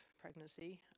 pregnancy